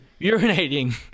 urinating